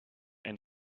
and